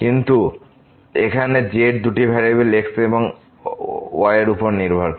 কিন্তু এখন এখানে z দুটি ভেরিয়েবল x এবং y এর উপর নির্ভর করে